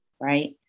Right